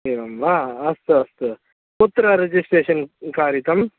एवं वा अस्तु अस्तु कुत्र रेजिस्ट्रेशन् कारितम्